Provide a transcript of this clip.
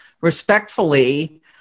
respectfully